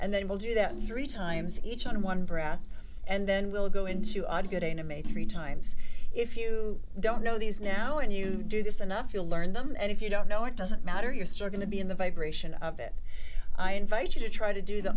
and then we'll do that three times each on one breath and then we'll go into getting to maybe three times if you don't know these now and you do this enough you'll learn them and if you don't know it doesn't matter you're starting to be in the vibration of it i invite you to try to do the